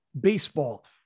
baseball